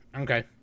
Okay